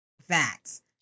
facts